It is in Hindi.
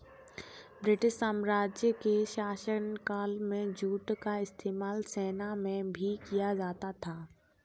ब्रिटिश साम्राज्य के शासनकाल में जूट का इस्तेमाल सेना में भी किया जाता था